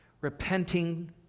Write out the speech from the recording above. repenting